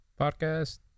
Podcast